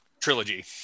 trilogy